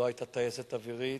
לא היתה טייסת אווירית.